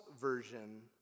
version